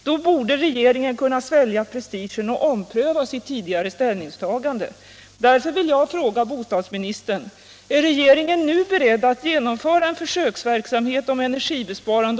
Då borde regeringen kunna svälja prestigen och ompröva sitt tidigare ställningstagande.